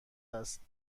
است